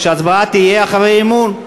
שההצבעה תהיה אחרי האי-אמון.